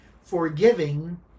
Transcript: forgiving